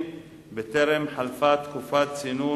אבל ההחלטות שהולכות להתקבל,